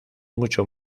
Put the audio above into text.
mucho